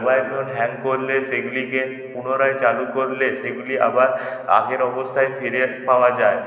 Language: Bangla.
মোবাইল ফোন হ্যাং করলে সেইগুলিকে পুনরায় চালু করলে সেগুলি আবার আগের অবস্থায় ফিরে পাওয়া যায়